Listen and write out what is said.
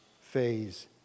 phase